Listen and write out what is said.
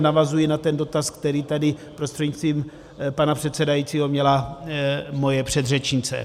Navazuji na ten dotaz, který tady prostřednictvím pana předsedajícího měla moje předřečnice.